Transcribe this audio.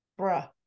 bruh